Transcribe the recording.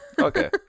Okay